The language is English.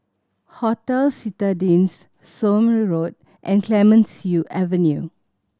Hotel Citadines Somme Road and Clemenceau Avenue